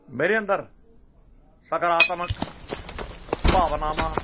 ਮੇਰੇ ਅੰਦਰ ਸਕਾਰਾਤਮਕ ਭਾਵਨਾਵਾਂ